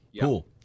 Cool